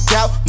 out